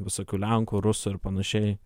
visokių lenkų rusų ir panašiai